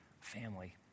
family